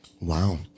Wow